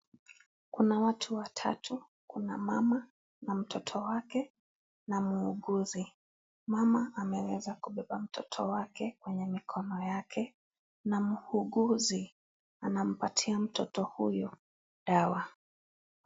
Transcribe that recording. Kuna watu watatu, kuna mama na mtoto wake na muuguzi. Mama ameweza kubeba mtoto wake kwenye mikono yake na muuguzi anampatia mtoto huyu dawa.